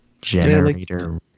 Generator